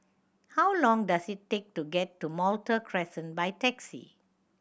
how long does it take to get to Malta Crescent by taxi